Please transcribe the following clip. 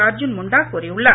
அர்ஜூன் முன்டா கூறியுள்ளார்